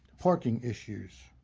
parking issues